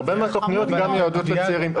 הרבה מהתוכניות מיועדות לצעירים.